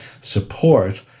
support